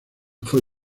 fue